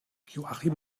joachim